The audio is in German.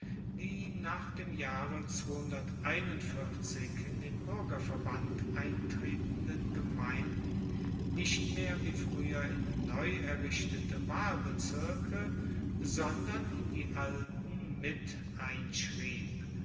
die nach dem jahre in den buergerverband eintretenden gemeinden nicht mehr wie frueher in neuerrichtete wahlbezirke sondern in die alten